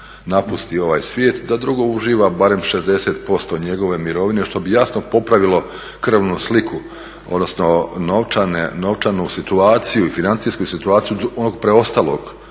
napusti ovaj svijet da drugo uživa barem 60% njegove mirovine što bi jasno popravilo krvnu sliku, odnosno novčanu situaciju i financijsku situaciju onog preostalog